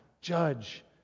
judge